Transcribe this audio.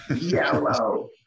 yellow